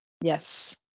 Yes